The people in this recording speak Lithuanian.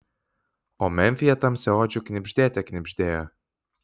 o memfyje tamsiaodžių knibždėte knibždėjo